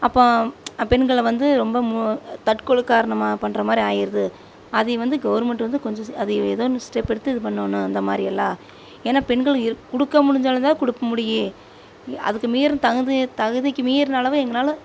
அப்போது பெண்களை வந்து ரொம்ப தற்கொலை காரணமாக பண்றமாதிரி ஆயிடுது அது வந்து கவுர்மெண்ட்டு வந்து கொஞ்சம் அது எதோ ஒன்று ஸ்டெப் எடுத்து பண்ணணும் இந்தமாதிரியெல்லாம் ஏன்னா பெண்கள் கொடுக்க முடிஞ்சளவுதான் கொடுக்க முடியும் அதுக்கு மீறி தகுதி தகுதிக்கு மீறின அளவு எங்களால்